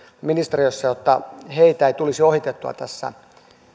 ministeriössä jotta heitä ei tulisi ohitettua tässä